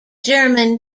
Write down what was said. german